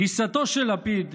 גיסתו של לפיד,